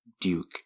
Duke